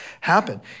happen